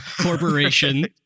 corporation